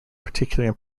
particularly